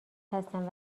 هستن